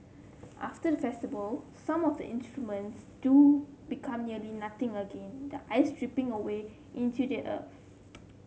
after the festival some of the instruments do become nearly nothing again the ice dripping away into the earth